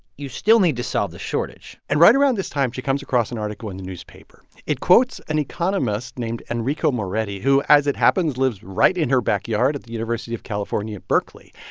you still need to solve the shortage and right around this time, she comes across an article in the newspaper. it quotes an economist named enrico moretti who, as it happens, lives right in her backyard at the university of california at berkeley.